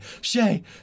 Shay